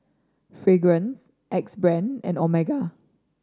Fragrance Axe Brand and Omega